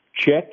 Check